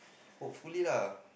hopefully lah